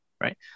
right